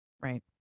right